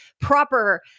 proper